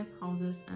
houses